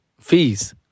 Fees